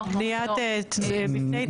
לא, בניית מבני תנועות נוער.